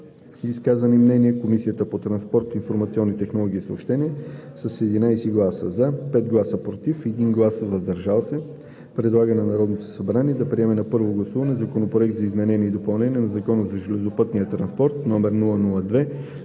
изказаните мнения Комисията по транспорт, информационни технологии и съобщения с 11 гласа „за“ 5 гласа „против“ и 1 глас „въздържал се“ предлага на Народното събрание да приеме на първо гласуване Законопроект за изменение и допълнение на Закона за железопътния транспорт, №